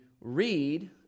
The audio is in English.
read